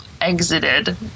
exited